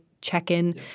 check-in